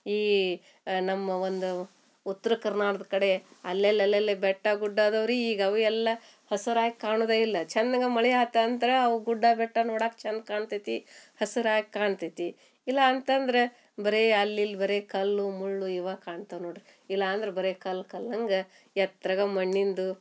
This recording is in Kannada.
ಈ ನಮ್ಮ ಒಂದ್ ಉತ್ರ್ ಕರ್ನಾಡ್ದ್ ಕಡೆ ಅಲ್ಲಲ್ ಅಲ್ಲಲ್ಲೆ ಬೆಟ್ಟ ಗುಡ್ಡ ಅದಾವ್ರಿ ಈಗ ಅವು ಎಲ್ಲ ಹಸುರಾಗಿ ಕಾಣುದೆ ಇಲ್ಲ ಚೆನ್ನಾಗಿ ಮಳೆ ಆತು ಅಂತ್ರ ಅವ ಗುಡ್ಡ ಬೆಟ್ಟ ನೋಡಾಕೆ ಚಂದ ಕಾಣ್ತೈತಿ ಹಸ್ರಾಗಿ ಕಾಣ್ತೈತಿ ಇಲ್ಲಾ ಅಂತಂದ್ರೆ ಬರೇ ಅಲ್ಲಿ ಇಲ್ಲಿ ಬರೇ ಕಲ್ಲು ಮುಳ್ಳು ಇವಾ ಕಾಣ್ತವ ನೋಡ್ರಿ ಇಲ್ಲಾ ಅಂದ್ರ ಬರೇ ಕಲ್ಲು ಕಲ್ಲು ಹಂಗ ಎತ್ರಗ ಮಣ್ಣಿನ್ದು